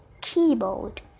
keyboard